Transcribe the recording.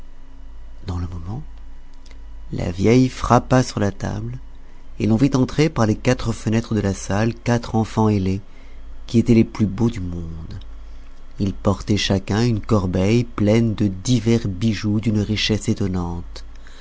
dans le moment la vieille frappa sur la table et l'on vit entrer par les quatre fenêtres de la salle quatre enfants ailés qui étaient les plus beaux du monde ils portaient chacun une corbeille pleine de divers bijoux d'une richesse étonnante